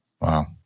Wow